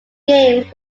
games